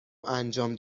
انجام